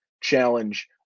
Challenge